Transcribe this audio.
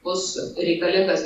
bus reikalingas